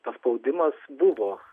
paspaudimas buvo